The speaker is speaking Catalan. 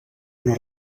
una